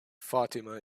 fatima